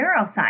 neuroscience